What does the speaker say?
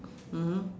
mmhmm